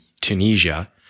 Tunisia